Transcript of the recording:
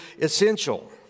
essential